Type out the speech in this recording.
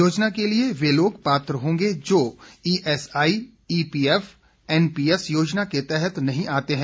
योज़ना के लिए वे लोग पात्र होंगे जो ईएसआई ईपीएफ एनपीएस योज़ना के तहत नहीं आते हैं